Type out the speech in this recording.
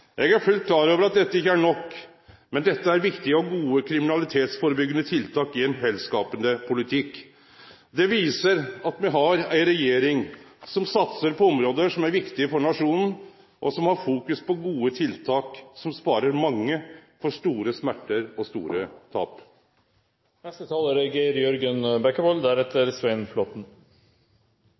Eg er fullt klar over at dette ikkje er nok, men det er viktige og gode kriminalitetsførebyggjande tiltak i ein heilskapande politikk. Det viser at me har ei regjering som satsar på område som er viktige for nasjonen, og som fokuserer på gode tiltak som sparer mange for store smerter og store